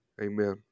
Amen